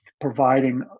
providing